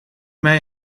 mij